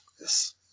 Yes